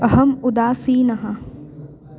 अहम् उदासीनः